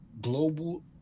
global